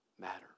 matter